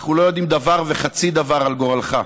אנחנו לא יודעים דבר וחצי דבר על גורלך.